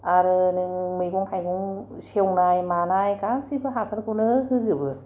आरो नों मैगं थाइगं सेवनाय मानाय गासैबो हासारखौनो होजोबो